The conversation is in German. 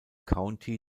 county